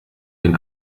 den